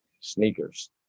Sneakers